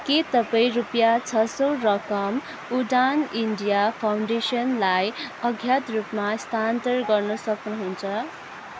के तपाईँ रुपियाँ छ सय रकम उडान इन्डिया फाउन्डेसनलाई अज्ञात रूपमा स्थानान्तर गर्न सक्नुहुन्छ